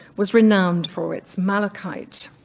was renowned for its malachite.